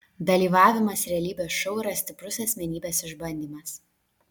dalyvavimas realybės šou yra stiprus asmenybės išbandymas